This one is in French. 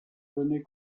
données